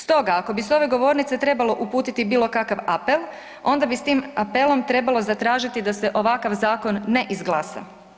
Stoga, ako bi s ove govornice trebalo uputiti bilo kakav apel, onda bi s tim apelom trebalo zatražiti da se ovakav zakon ne izglasa.